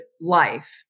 life